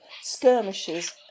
skirmishes